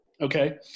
Okay